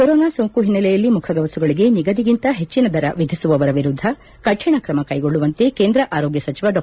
corona ಸೋಂಕು ಹಿನ್ನೆಲೆಯಲ್ಲಿ ಮುಖಗವಸುಗಳಿಗೆ ನಿಗದಿಗಿಂತ ಹೆಚ್ಚಿನ ದರ ವಿಧಿಸುವವರ ವಿರುದ್ದ ಕಠಿಣ ಕ್ರಮ ಕೈಗೊಳ್ಳುವಂತೆ ಕೇಂದ್ರ ಆರೋಗ್ಯ ಸಚಿವ ಡಾ